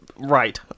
Right